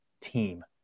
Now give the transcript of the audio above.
team